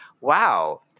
wow